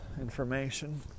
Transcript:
information